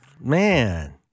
Man